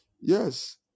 Yes